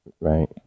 Right